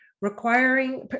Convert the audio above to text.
requiring